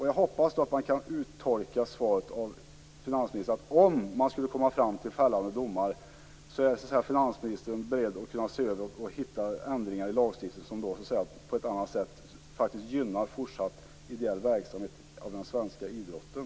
Jag hoppas att man kan uttolka finansministerns svar på det sättet att om man skulle komma fram till fällande domar är finansministern beredd att se över och hitta ändringar i lagstiftningen som på ett annat sätt faktiskt gynnar fortsatt ideell verksamhet inom den svenska idrotten.